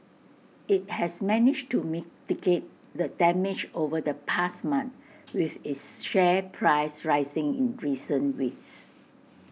IT has managed to mitigate the damage over the past month with its share price rising in recent weeks